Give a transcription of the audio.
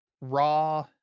raw